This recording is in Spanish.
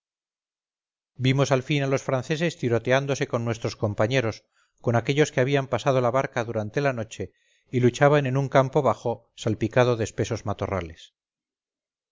vimos al fin a los franceses tiroteándose con nuestros compañeros con aquellos que habían pasado la barca durante la noche y luchaban en un campo bajo salpicado de espesos matorrales